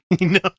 No